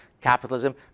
capitalism